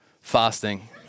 fasting